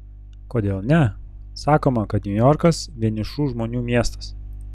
kodėl ne sakoma kad niujorkas vienišų žmonių miestas